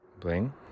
Bling